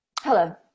Hello